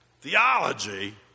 Theology